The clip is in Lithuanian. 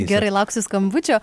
gerai lauksiu skambučio